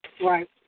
right